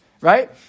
Right